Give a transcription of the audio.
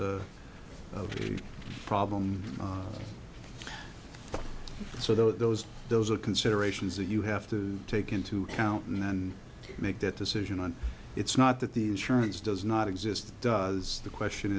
a problem so those those are considerations that you have to take into account and then make that decision and it's not that the insurance does not exist does the question